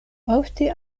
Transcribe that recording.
ofte